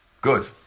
Good